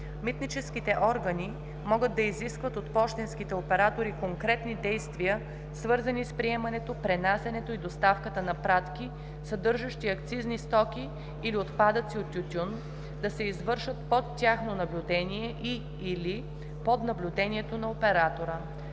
Митническите органи могат да изискват от пощенските оператори конкретни действия, свързани с приемането, пренасянето и доставката на пратки, съдържащи акцизни стоки или отпадъци от тютюн, да се извършат под тяхно наблюдение и/или под наблюдението на оператора.